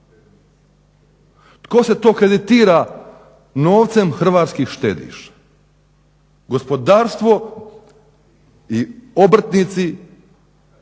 Tko se to kreditira novcem Hrvatskih štediša? Gospodarstvo i obrtnici